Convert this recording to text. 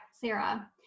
Sarah